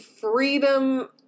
freedom-